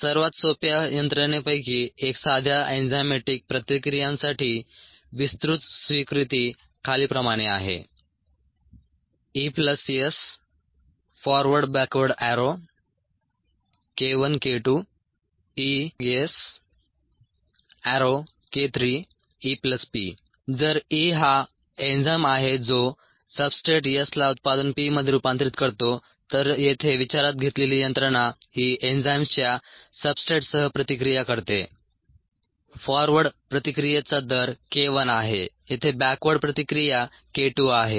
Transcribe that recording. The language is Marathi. सर्वात सोप्या यंत्रणेपैकी एक साध्या एंजाइमॅटिक प्रतिक्रियांसाठी विस्तृत स्वीकृती खालीलप्रमाणे आहे जर E हा एन्झाइम आहे जो सब्सट्रेट S ला उत्पादन P मध्ये रूपांतरित करतो तर येथे विचारात घेतलेली यंत्रणा ही एन्झाईम्सच्या सब्सट्रेटसह प्रतिक्रिया करते फॉरवर्ड प्रतिक्रियेचा दर k1 आहे येथे बॅकवर्ड प्रतिक्रिया k2 आहे